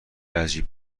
عجیب